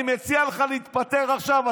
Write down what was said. אני מציע לך להתפטר עכשיו.